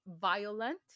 violent